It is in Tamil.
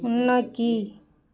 முன்னோக்கி